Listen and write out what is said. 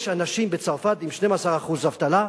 יש אנשים, בצרפת עם 12% אבטלה,